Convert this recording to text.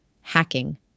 hacking